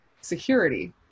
security